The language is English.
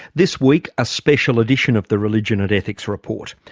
this week, a special edition of the religion and ethics report.